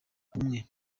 umwe